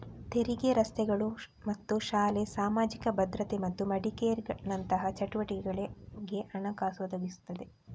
ತೆರಿಗೆ ರಸ್ತೆಗಳು ಮತ್ತು ಶಾಲೆ, ಸಾಮಾಜಿಕ ಭದ್ರತೆ ಮತ್ತು ಮೆಡಿಕೇರಿನಂತಹ ಚಟುವಟಿಕೆಗಳಿಗೆ ಹಣಕಾಸು ಒದಗಿಸ್ತದೆ